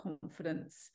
confidence